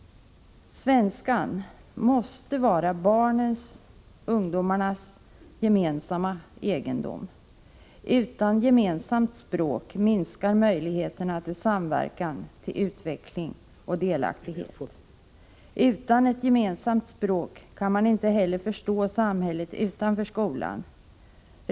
Svenskan måste vara barnens och ungdomarnas gemensamma egendom. Utan gemensamt språk minskar möjligheterna till samverkan, utveckling och delaktighet. Utan ett gemensamt språk kan man inte heller förstå samhället utanför skolan.